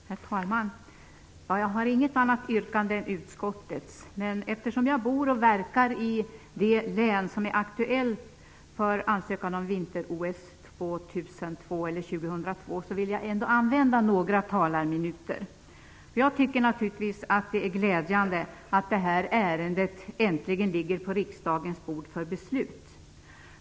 Herr talman! Jag har inget annat yrkande än utskottets, men eftersom jag bor och verkar i det län som är aktuellt för ansökan om vinter-OS 2002 vill jag ändå använda några talarminuter. Jag tycker naturligtvis att det är glädjande att detta ärende äntligen ligger på riksdagens bord för beslut.